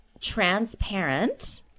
transparent